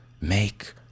Make